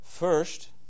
First